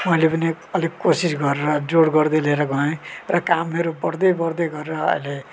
मैले पनि अलिक कोसिस गरेर जोड गर्दै लिएर गएँ र कामहरू बढ्दै बढ्दै गरेर अहिले